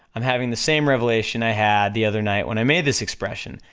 i'm having the same revelation i had the other night when i made this expression,